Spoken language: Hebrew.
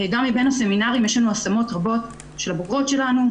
גם מבין הסמינרים יש לנו השמות רבות של הבוגרות שלנו,